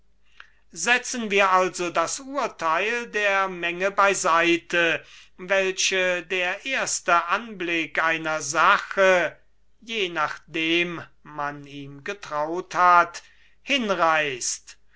setzen wir also das urteil der menge bei seite welche der erste anblick einer sache jenachdem man ihm getraut hat hinreißt